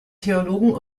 theologen